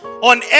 on